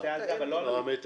בנושא הזה לא על הביטול.